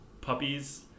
puppies